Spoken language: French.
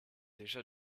déjà